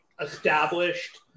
established